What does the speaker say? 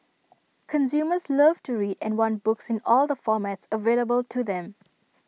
consumers love to read and want books in all the formats available to them